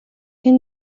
хэн